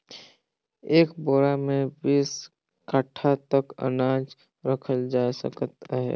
एक बोरा मे बीस काठा तक अनाज रखल जाए सकत अहे